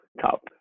top